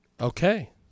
Okay